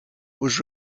was